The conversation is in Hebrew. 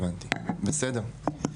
הבנתי, בסדר.